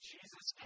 Jesus